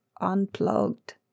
unplugged